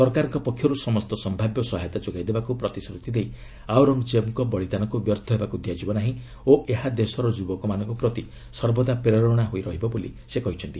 ସରକାରଙ୍କ ପକ୍ଷରୁ ସମସ୍ତ ସମ୍ଭାବ୍ୟ ସହାୟତା ଯୋଗାଇ ଦେବାକୁ ପ୍ରତିଶ୍ରତି ଦେଇ ଆଉରଙ୍ଗ୍ଜେବ୍ଙ୍କ ବଳିଦାନକୁ ବ୍ୟର୍ଥ ହେବାକୁ ଦିଆଯିବ ନାହିଁ ଓ ଏହା ଦେଶର ଯୁବକମାନଙ୍କ ପ୍ରତି ସର୍ବଦା ପ୍ରେରଣା ହୋଇ ରହିବ ବୋଲି ସେ କହିଛନ୍ତି